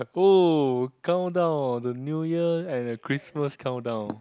oh countdown the New Year and the Christmas countdown